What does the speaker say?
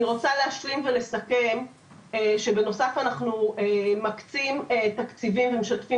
אני רוצה להשלים ולסכם שבנוסף אנחנו מקצים תקציבים ומשתפים